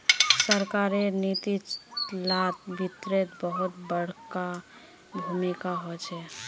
सरकारेर नीती लात वित्तेर बहुत बडका भूमीका होचे